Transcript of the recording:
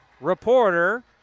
reporter